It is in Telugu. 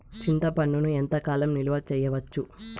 చింతపండును ఎంత కాలం నిలువ చేయవచ్చు?